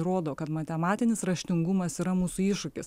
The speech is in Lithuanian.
rodo kad matematinis raštingumas yra mūsų iššūkis